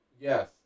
yes